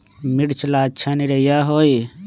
मिर्च ला अच्छा निरैया होई?